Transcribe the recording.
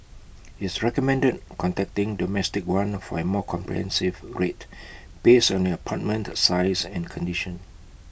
it's recommended contacting domestic one for A more comprehensive rate based on your apartment size and condition